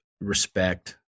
respect